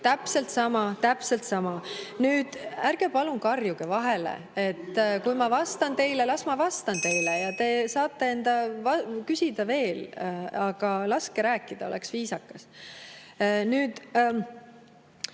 täpselt sama, täpselt sama. Ärge palun karjuge vahele! Kui ma vastan teile, las ma vastan teile, ja te saate küsida veel. Aga laske rääkida, oleks viisakas. Meie